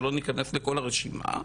שלא נכנס לכל הרשימה,